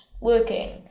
working